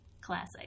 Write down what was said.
classic